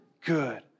good